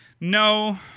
No